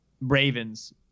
ravens